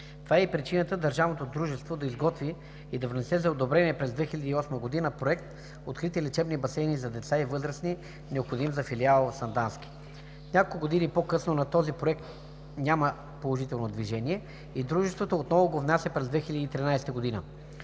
Това е и причината държавното дружество да изготви и да внесе за одобрение през 2008 г. проект „Открити лечебни басейни за деца и възрастни”, необходим за филиала в Сандански. Няколко години по-късно няма положително движение на този проект и дружеството отново го внася през 2013 г.